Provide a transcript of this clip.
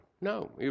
no